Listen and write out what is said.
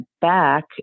back